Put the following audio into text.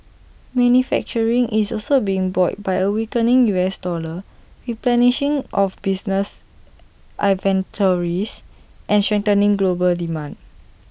manufacturing is also being buoyed by A weakening U S dollar replenishing of business inventories and strengthening global demand